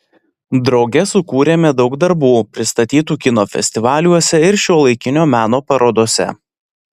drauge sukūrėme daug darbų pristatytų kino festivaliuose ir šiuolaikinio meno parodose